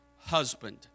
husband